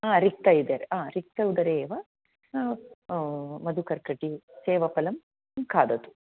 ह रिक्त उदरा ह रिक्त उदरे एव मधुकर्कटि सेवफलं खादतु